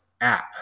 app